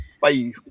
bye